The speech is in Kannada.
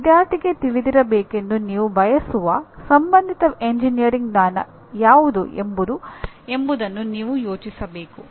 ಆದರೆ ವಿದ್ಯಾರ್ಥಿಗೆ ತಿಳಿದಿರಬೇಕೆಂದು ನೀವು ಬಯಸುವ ಸಂಬಂಧಿತ ಎಂಜಿನಿಯರಿಂಗ್ ಜ್ಞಾನ ಯಾವುದು ಎಂಬುದನ್ನು ನೀವು ಯೋಚಿಸಬೇಕು